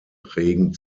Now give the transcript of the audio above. regen